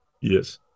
Yes